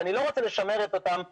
כי אני לא רוצה לשמר את אותן קבוצות,